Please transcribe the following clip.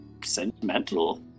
sentimental